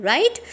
Right